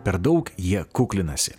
per daug jie kuklinasi